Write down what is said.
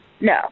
No